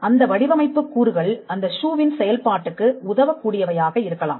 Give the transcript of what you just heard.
அந்த வடிவமைப்புக் கூறுகள் அந்த ஷூவின் செயல்பாட்டுக்கு உதவக் கூடியவையாக இருக்கலாம்